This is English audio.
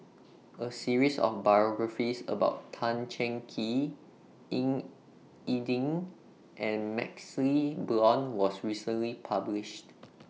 A series of biographies about Tan Cheng Kee Ying E Ding and MaxLe Blond was recently published